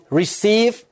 receive